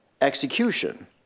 execution